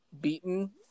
beaten